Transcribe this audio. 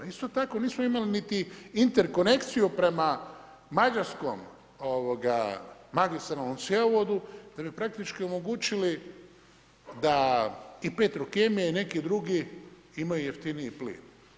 Isto tako, nismo imali niti interkonekciju prema mađarskom magistralnom cjevovodu, da bi praktički omogućili da i Petrokemija i neki drugi imaju jeftiniji plin.